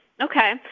Okay